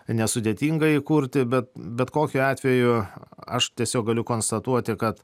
nesudėtinga įkurti bet bet kokiu atveju aš tiesiog galiu konstatuoti kad